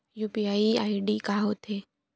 UPI ID का होथे?